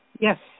Yes